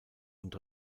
und